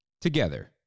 together